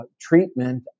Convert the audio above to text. treatment